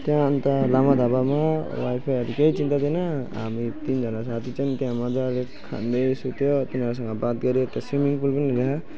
त्यहाँ अन्त लामा ढाबामा वाइफाईहरू केही चिन्ता छैन हामी तिनजना साथी चाहिँ त्यहाँ मजाले खाँदै सुत्यौँ तिनीहरूसँग बात गऱ्यौँ त्यहाँ स्विमिङ पुल पनि रहेछ